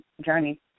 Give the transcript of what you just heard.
journey